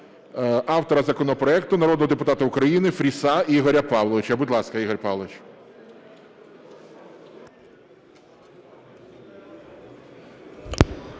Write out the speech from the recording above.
автора законопроекту народного депутата України Фріса Ігоря Павловича. Будь ласка, Ігор Павлович.